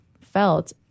felt